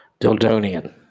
Dildonian